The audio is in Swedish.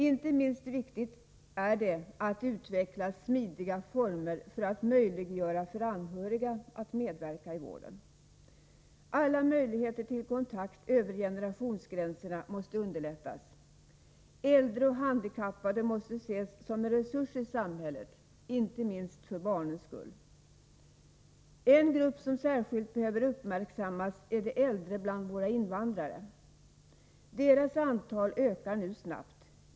Inte minst viktigt är det att man utvecklar smidiga former för att möjliggöra för anhöriga att medverka i vården. Alla möjligheter till kontakt över generationsgränserna måste tillvaratas. Äldre och handikappade måste ses som en resurs i samhället, inte minst för barnens skull. En grupp som särskilt behöver uppmärksammas är de äldre bland våra invandrare. Deras antal ökar nu snabbt.